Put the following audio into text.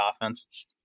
offense